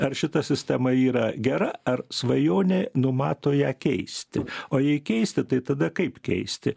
ar šita sistema yra gera ar svajonė numato ją keisti o jei keisti tai tada kaip keisti